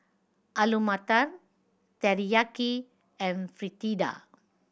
Alu Matar Teriyaki and Fritada